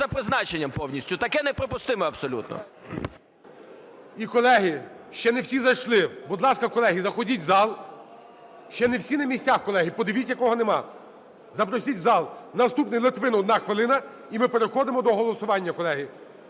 за призначенням повністю. Таке неприпустимо абсолютно. ГОЛОВУЮЧИЙ. І, колеги, ще не всі зайшли. Будь ласка, колеги, заходіть в зал. Ще не всі на місцях, колеги. Подивіться, кого нема, запросить в зал. Наступний – Литвин, 1 хвилина. І ми переходимо до голосування, колеги.